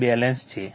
તે બેલન્સ છે